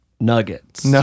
nuggets